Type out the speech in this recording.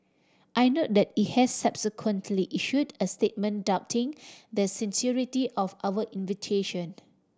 I note that it has subsequently issued a statement doubting the sincerity of our invitation